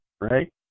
right